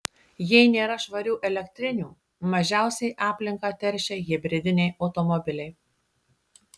jei nėra švarių elektrinių mažiausiai aplinką teršia hibridiniai automobiliai